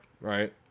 right